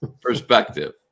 perspective